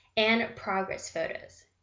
and progress photos.